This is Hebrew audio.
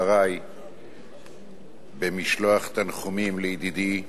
דברי במשלוח תנחומים לידידי,